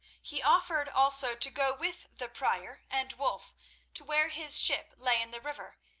he offered also to go with the prior and wulf to where his ship lay in the river,